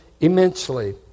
immensely